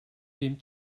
wem